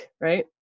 right